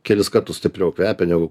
kelis kartus stipriau kvepia negu